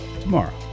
tomorrow